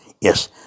Yes